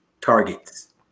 targets